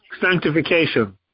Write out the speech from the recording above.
sanctification